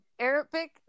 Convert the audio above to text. Arabic